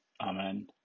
Amen